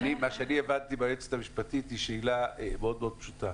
השאלה שאני הבנתי מהיועצת המשפטית היא שאלה מאוד מאוד פשוטה.